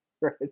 Right